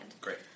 Great